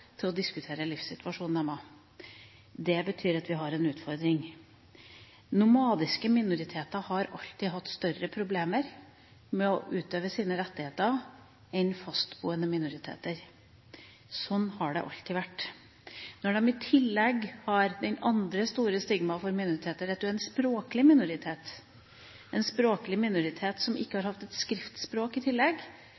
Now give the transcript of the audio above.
til å diskutere deres livssituasjon. Det betyr at vi har en utfordring. Nomadiske minoriteter har alltid hatt større problemer med å utøve sine rettigheter enn fastboende minoriteter. Sånn har det alltid vært. Når de i tillegg har det andre store stigmaet for minoriteter, det at de er en språklig minoritet – en språklig minoritet som i tillegg ikke har